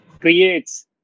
creates